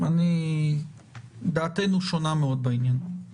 כי הייתה תקלת תקשורת באופן שהוא לא יכול היה להיכנס ולקרוא את התיקים.